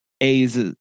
A's